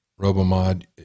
Robomod